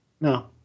No